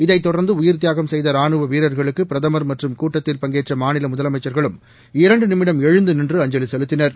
இதைத் தொடர்ந்து உயிர்த்தியாகம் செய்த ராணுவ வீரர்களுக்கு பிரதமர் மற்றும் கூட்டத்தில் பங்கேற்ற மாநில முதலமைச்சர்களும் இரண்டு நிமிடம் எழுந்து நின்று அஞ்சலி செலுத்தினர்